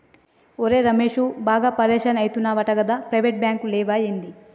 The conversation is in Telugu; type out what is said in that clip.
ఒరే రమేశూ, బాగా పరిషాన్ అయితున్నవటగదా, ప్రైవేటు బాంకులు లేవా ఏంది